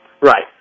Right